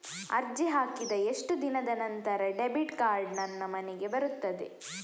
ಅರ್ಜಿ ಹಾಕಿದ ಎಷ್ಟು ದಿನದ ನಂತರ ಡೆಬಿಟ್ ಕಾರ್ಡ್ ನನ್ನ ಮನೆಗೆ ಬರುತ್ತದೆ?